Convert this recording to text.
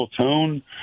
tone